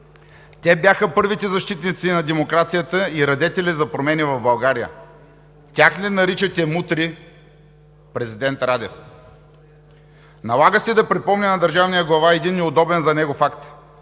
Те бяха първите защитници на демокрацията и радетели за промени в България. Тях ли наричате мутри, президент Радев? Налага се да припомня на държавния глава един неудобен за него факт.